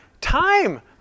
time